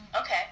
Okay